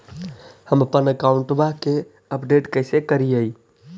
हमपन अकाउंट वा के अपडेट कैसै करिअई?